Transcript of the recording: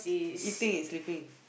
eating and sleeping